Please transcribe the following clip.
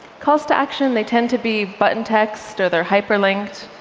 calls to action they tend to be button text, or they're hyperlinked,